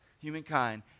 humankind